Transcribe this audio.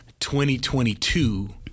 2022